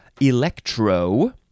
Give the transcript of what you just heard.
electro